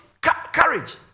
courage